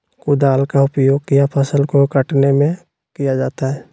कुदाल का उपयोग किया फसल को कटने में किया जाता हैं?